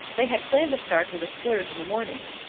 they had planned to start with a splurge in the morning.